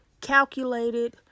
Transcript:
Calculated